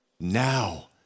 now